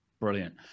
Brilliant